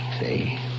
see